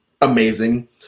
amazing